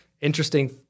Interesting